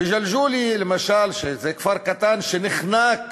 בג'לג'וליה, למשל, שזה כפר קטן שנחנק